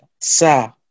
Sa